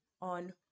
on